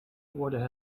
worden